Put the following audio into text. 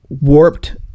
warped